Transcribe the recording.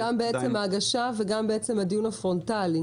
זאת גם ההגשה וגם הדיון הפורמלי.